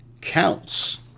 counts